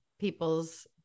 people's